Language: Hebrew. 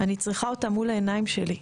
אני צריכה אותם מול העיניים שלי.